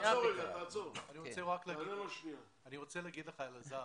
אני רוצה לומר לך אלעזר.